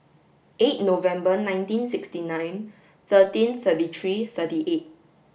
eight November nineteen sixty nine thirteen thirty three thirty eight